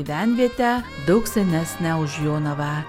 gyvenvietę daug senesnę už jonavą